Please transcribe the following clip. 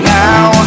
now